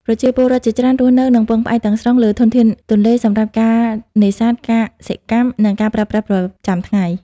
ប្រជាពលរដ្ឋជាច្រើនរស់នៅ និងពឹងផ្អែកទាំងស្រុងលើធនធានទន្លេសម្រាប់ការនេសាទ កសិកម្ម និងការប្រើប្រាស់ប្រចាំថ្ងៃ។